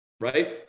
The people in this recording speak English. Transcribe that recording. right